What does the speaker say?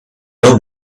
old